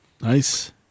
Nice